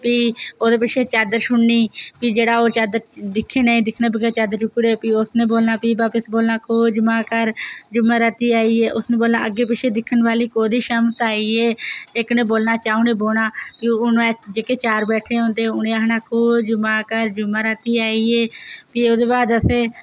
प्ही ओह्दे पिच्छें ओह् चादर छुड़नी प्ही ओह् जेह्ड़ा चादर दिक्खे नेईं दिक्खे ओह् चादर चुक्की ओड़े ओह् प्ही उसने बापस बोलना ओह् बापस बोलना खोह् जमात कर जुम्में राती आई ऐ उसने बोलना अग्गें पिच्छें दिक्खन वाली कोह्दी शामत आई ऐ इक्क नै बोलना चं'ऊ नै बोलना ते ओह् जेह्के चार बैठे दे होंदे उ'नें बोलना खोह् जमात कर जुम्में रातीं आई ऐ प्ही ओह्दे बाद असें